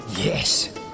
Yes